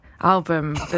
album